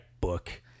book